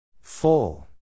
Full